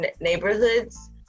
neighborhoods